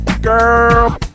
Girl